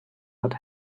not